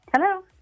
hello